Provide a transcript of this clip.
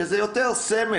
שזה יותר סמל,